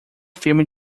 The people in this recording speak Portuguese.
filme